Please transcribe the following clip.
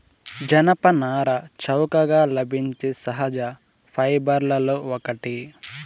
జనపనార చౌకగా లభించే సహజ ఫైబర్లలో ఒకటి